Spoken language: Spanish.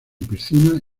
piscinas